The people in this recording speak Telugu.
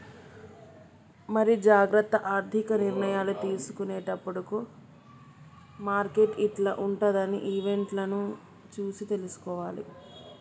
మరి జాగ్రత్త ఆర్థిక నిర్ణయాలు తీసుకునేటప్పుడు మార్కెట్ యిట్ల ఉంటదని ఈవెంట్లను చూసి తీసుకోవాలి